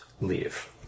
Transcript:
leave